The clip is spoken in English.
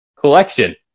collection